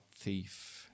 thief